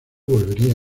volvería